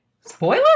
spoiler